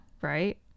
right